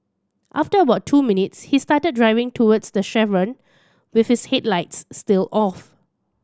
after about two minutes he started driving towards the chevron with his headlights still off